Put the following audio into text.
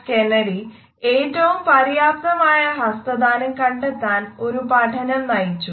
Kennedy ഏറ്റവും പര്യാപ്തമായ ഹസ്തദാനം കണ്ടെത്താൻ ഒരു പഠനം നയിച്ചു